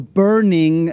burning